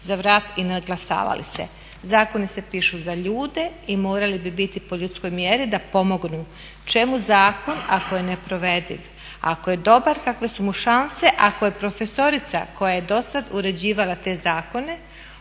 za vrat i nadglasavali se. Zakoni se pišu za ljude i morali bi biti po ljudskoj mjeri da pomognu. Čemu zakon ako je neprovediv? Ako je dobar kakve su mu šanse, ako je profesorica koja je dosad uređivala te zakone